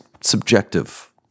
subjective